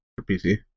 PC